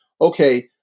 okay